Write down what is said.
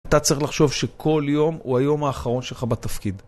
אתה צריך לחשוב שכל יום הוא היום האחרון שלך בתפקיד.